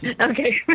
Okay